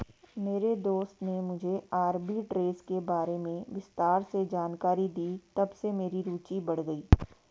मेरे दोस्त ने मुझे आरबी ट्रेज़ के बारे में विस्तार से जानकारी दी तबसे मेरी रूचि बढ़ गयी